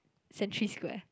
Century Square